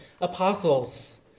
apostles